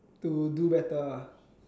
to do better ah